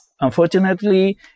unfortunately